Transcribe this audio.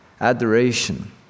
adoration